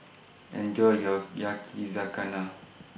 Enjoy your Yakizakana